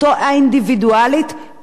באופן נפרד,